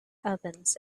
ovens